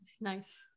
Nice